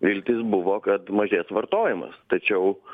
viltys buvo kad mažės vartojimas tačiau